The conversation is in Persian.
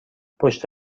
پشت